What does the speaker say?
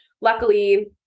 luckily